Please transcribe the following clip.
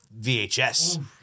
VHS